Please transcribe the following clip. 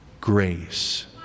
Grace